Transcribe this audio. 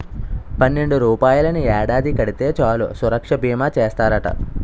పన్నెండు రూపాయలని ఏడాది కడితే చాలు సురక్షా బీమా చేస్తారట